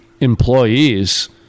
employees